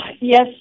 Yes